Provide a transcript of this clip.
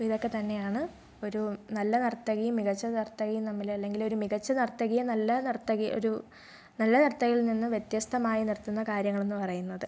അപ്പോൾ ഇതൊക്കെ തന്നെയാണ് ഒരു നല്ല നർത്തകിയും മികച്ച നർത്തകിയും തമ്മിൽ അല്ലെങ്കിൽ ഒരു മികച്ച നർത്തകിയെ നല്ല നർത്തകി ഒരു നല്ല നർത്തകിയിൽ നിന്ന് വ്യത്യസ്തമായി നിർത്തുന്ന കാര്യങ്ങളെന്ന് പറയുന്നത്